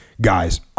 Guys